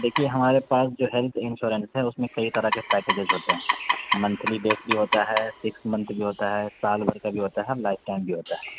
دیکھیے ہمارے پاس جو ہیلتھ انشورنس ہے اس میں کئی طرح کے پیکیجز ہوتے ہیں منتھلی بیس بھی ہوتا ہے سکس منتھ بھی ہوتا ہے سال بھر کا بھی ہوتا ہے اور لائف ٹائم بھی ہوتا ہے